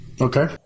Okay